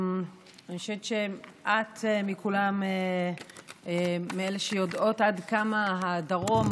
אני חושבת שאת מכולם מאלה שיודעות עד כמה הדרום,